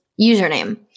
username